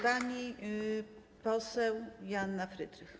Pani poseł Joanna Frydrych.